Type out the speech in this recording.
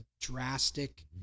drastic